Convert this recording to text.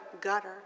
gutter